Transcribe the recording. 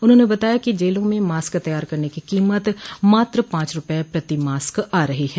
उन्होंने बताया कि जेलों में मॉस्क तैयार करने की कीमत मात्र पांच रूपये प्रति मॉस्क आ रही है